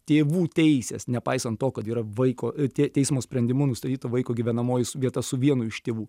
tėvų teisės nepaisant to kad yra vaiko te teismo sprendimu nustatyto vaiko gyvenamoji su vieta su vienu iš tėvų